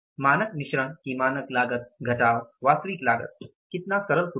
मानक मिश्रण की मानक लागत घटाव वास्तविक लागत कितना सरल सूत्र है